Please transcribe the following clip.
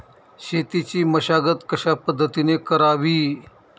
शेतीची मशागत कशापद्धतीने करावी?